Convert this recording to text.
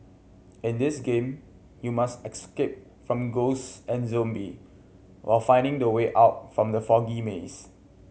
in this game you must escape from ghost and zombie while finding the way out from the foggy maze